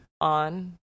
on